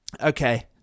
Okay